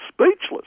speechless